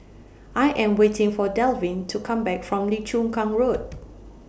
I Am waiting For Dalvin to Come Back from Lim Chu Kang Road